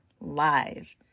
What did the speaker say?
Live